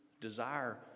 desire